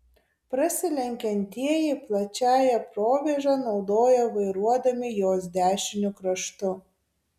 prasilenkiantieji plačiąją provėžą naudoja vairuodami jos dešiniu kraštu